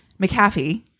McAfee